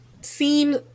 seen